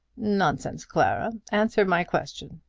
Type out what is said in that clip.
nonsense, clara. answer my question.